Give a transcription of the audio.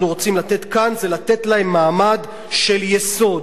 רוצים לתת כאן זה לתת להם מעמד של יסוד,